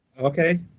Okay